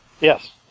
Yes